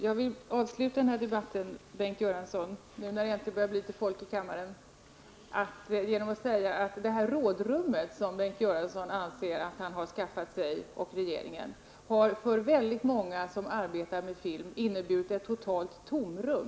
Herr talman! När det nu äntligen börjar bli litet folk här i kammaren, vill jag avsluta debatten med att säga att det rådrum som Bengt Göransson och regeringen anser sig ha skaffat för många som arbetar med film har inneburit ett totalt tomrum.